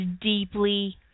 deeply